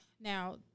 now